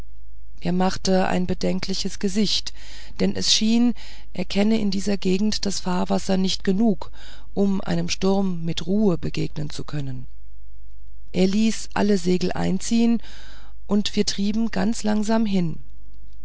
er machte ein bedenkliches gesicht denn es schien er kenne in dieser gegend das fahrwasser nicht genug um einem sturm mit ruhe begegnen zu können er ließ alle segel einziehen und wir trieben ganz langsam hin